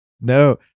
No